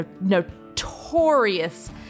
notorious